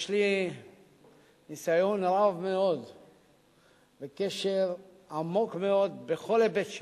יש לי ניסיון רב מאוד וקשר עמוק מאוד בכל היבט שהוא,